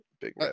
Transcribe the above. big